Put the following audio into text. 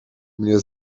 nie